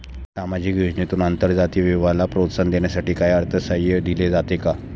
सामाजिक योजनेतून आंतरजातीय विवाहाला प्रोत्साहन देण्यासाठी काही अर्थसहाय्य दिले जाते का?